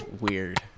weird